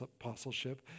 apostleship